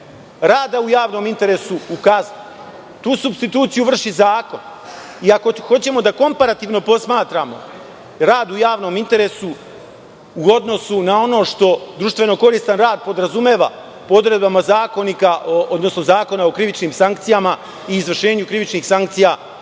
rada u javnom interesu u kaznu. Tu supstituciju vrši zakon. Ako hoćemo da komparativno posmatramo rad u javnom interesu u odnosu na ono što društveno koristan rad podrazumeva po odredbama zakonika, odnosno Zakona o krivičnim sankcijama i izvršenju krivičnih sankcija